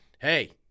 Hey